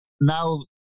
now